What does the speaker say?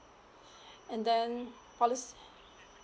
and then policy